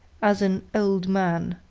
as an old man.